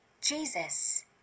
Jesus